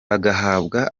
bagahabwa